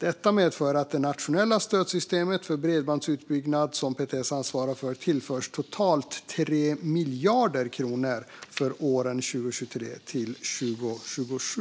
Detta medför att det nationella stödsystem för bredbandsutbyggnad som PTS ansvarar för tillförs totalt 3 miljarder kronor för åren 2023-2027.